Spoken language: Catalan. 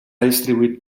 distribuït